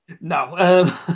No